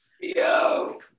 Yo